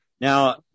Now